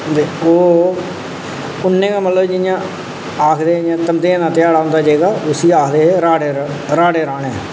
इक ओह् उ'नें गै मतलब जि'यां आखदे मतलब धमदेआं दा ध्याड़ा होंदा जेह्ड़ा उसी आखदे रा राह्ड़े राह्ने